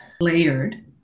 layered